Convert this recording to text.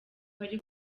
ari